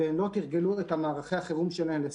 והם לא תרגלו את מערכי החירום שלהם לשרפות.